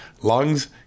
lungs